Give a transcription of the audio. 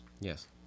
Yes